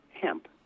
hemp